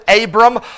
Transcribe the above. Abram